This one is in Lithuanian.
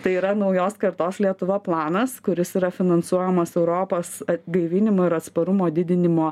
tai yra naujos kartos lietuva planas kuris yra finansuojamas europos gaivinimo ir atsparumo didinimo